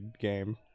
game